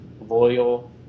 loyal